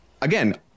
again